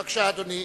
בבקשה, אדוני.